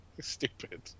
Stupid